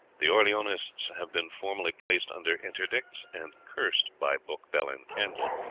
the orleanists have been formally placed under interdicts, and cursed by book, bell, and candle.